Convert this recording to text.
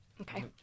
Okay